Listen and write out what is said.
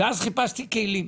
חיפשתי כלים,